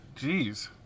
Jeez